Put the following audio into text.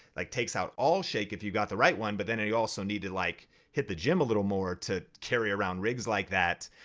like takes out all shake if you got the right one but then and it also need to like hit the gym a little more to carry around rigs like that.